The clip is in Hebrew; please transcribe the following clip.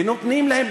ונותנים להם,